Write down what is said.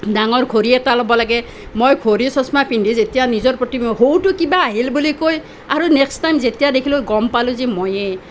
ডাঙৰ ঘড়ী এটা ল'ব লাগে মই ঘড়ী চশমা পিন্ধি যেতিয়া নিজৰ প্ৰতিবিম্ব সৌটো কিবা আহিল বুলি কৈ আৰু নেক্সট টাইম যেতিয়া দেখিলোঁ গম পালোঁ যে ময়েই